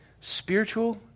Spiritual